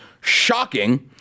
Shocking